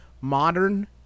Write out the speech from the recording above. modern